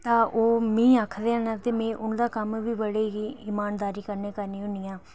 ता ओह् मिगी आखदे न ते में उंदा कम्म बी बड़े ईमानदारी कन्नै करनी हुन्नी आं